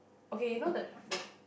okay you know the the